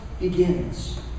begins